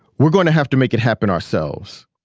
we're going to have to make it happen ourselves.